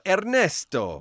Ernesto